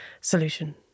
solution